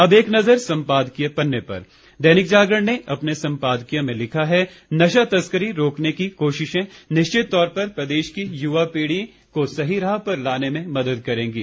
अब एक नज़र सम्पादकीय पन्ने पर दैनिक जागरण ने अपने सम्पादकीय में लिखा है नशा तस्करी रोकने की कोशिशें निश्चित तौर पर प्रदेश की युवा पीढ़ी को सही राह पर लाने में मदद करेंगे